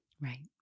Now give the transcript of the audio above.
right